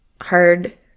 hard